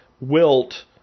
wilt